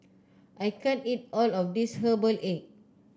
I can't eat all of this Herbal Egg